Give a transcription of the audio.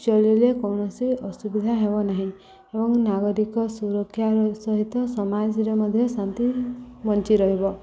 ଚଳିଲେ କୌଣସି ଅସୁବିଧା ହେବ ନାହିଁ ଏବଂ ନାଗରିକ ସୁରକ୍ଷାର ସହିତ ସମାଜରେ ମଧ୍ୟ ଶାନ୍ତି ବଞ୍ଚି ରହିବ